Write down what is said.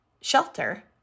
shelter